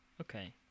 okay